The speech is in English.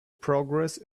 progress